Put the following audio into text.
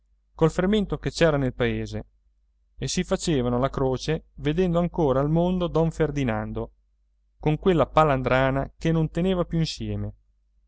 col fermento che c'era nel paese e si facevano la croce vedendo ancora al mondo don ferdinando con quella palandrana che non teneva più insieme